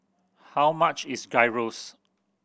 how much is Gyros